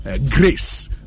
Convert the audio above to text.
Grace